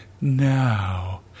Now